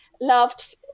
loved